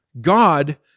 God